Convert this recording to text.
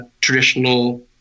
traditional